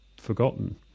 forgotten